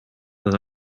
that